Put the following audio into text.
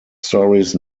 stories